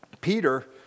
Peter